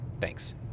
Thanks